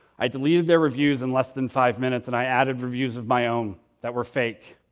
i deleted their reviews in less than five minutes, and i added reviews of my own that were fake.